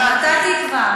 אבל נתתי כבר.